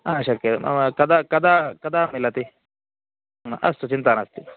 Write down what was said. ह शक्यते नाम कदा कदा कदा मिलति अस्तु चिन्ता नास्ति